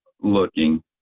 looking